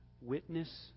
witness